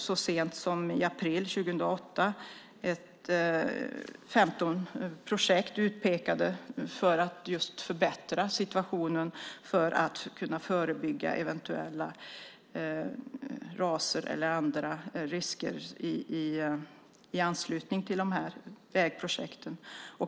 Så sent som i april 2008 hade man ett femtontal projekt utpekade för att förbättra situationen och kunna förebygga eventuella ras och andra risker i anslutning till vägprojekten.